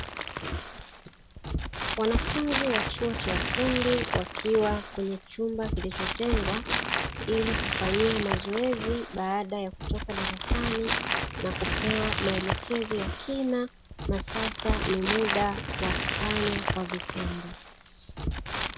Wanafunzi wa chuo cha ufundi wakiwa kwenye chumba kilichotengwa, ili kufanyia mazoezi baada ya kutoka darasani na kupewa maelekezo ya kina na sasa ni muda wa kufanya kwa vitendo.